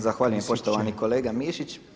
Zahvaljujem poštovani kolega Mišić.